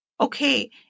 okay